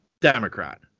Democrat